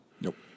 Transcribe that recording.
Nope